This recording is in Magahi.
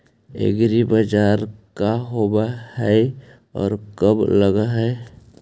एग्रीबाजार का होब हइ और कब लग है?